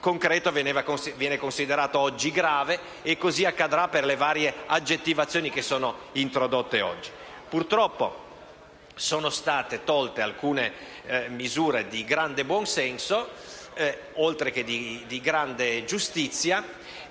concreto viene considerato grave e così sarà per le varie aggettivazioni introdotte oggi. Purtroppo sono state espunte alcune misure di grande buonsenso, oltre che di grande giustizia.